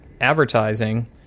advertising